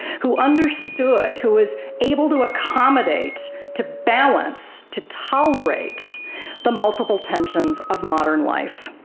who understood, who was able to accommodate, to balance, to tolerate the multiple tensions of modern life.